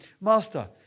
Master